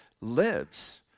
lives